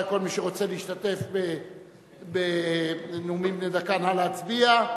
כל מי שרוצה להשתתף בנאומים בני דקה, נא להצביע.